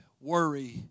worry